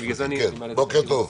בוקר טוב.